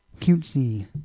cutesy